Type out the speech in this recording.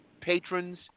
patrons